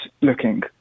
looking